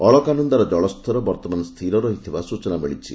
ଅଳକାନନ୍ଦାର ଜଳସ୍ତର ସ୍ଥିର ରହିଥିବା ସୂଚନା ମିଳିଛି